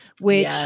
which-